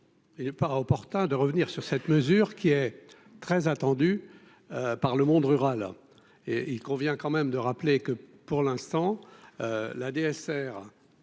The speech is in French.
il est pas opportun de revenir sur cette mesure qui est très attendue par le monde rural et il convient quand même de rappeler que pour l'instant, la DSR